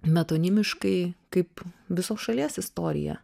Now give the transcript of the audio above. metonimiškai kaip visos šalies istorija